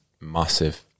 Massive